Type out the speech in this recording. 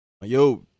Yo